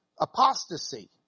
apostasy